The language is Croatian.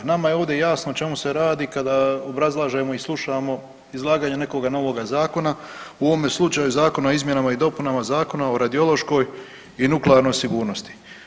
Nama je ovdje jasno o čemu se radi kada obrazlažemo i slušamo izlaganje nekoga novoga zakona u ovome slučaju Zakona o izmjenama i dopunama Zakona o radiološkoj i nuklearnoj sigurnosti.